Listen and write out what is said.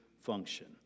function